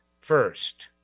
first